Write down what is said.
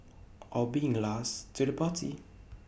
or being last to the party